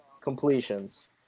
completions